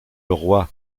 leroy